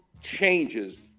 changes